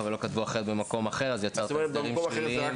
או לא כתבו ככה במקום אחר אז יצרנו הסדרים שליליים.